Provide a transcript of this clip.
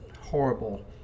horrible